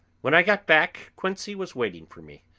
when i got back quincey was waiting for me.